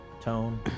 tone